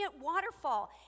waterfall